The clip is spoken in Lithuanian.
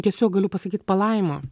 tiesiog galiu pasakyt palaima